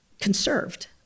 conserved